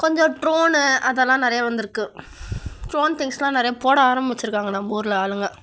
கொஞ்சம் ட்ரோனு அதெல்லாம் நிறைய வந்திருக்கு ட்ரோன் திங்ஸ் எல்லாம் நிறைய போட ஆரமிச்சுருக்காங்க நம்ம ஊரில் ஆளுங்க